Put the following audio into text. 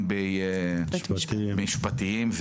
גם משפטיים.